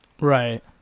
right